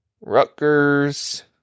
Rutgers